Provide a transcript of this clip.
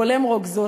בולם רוגזו,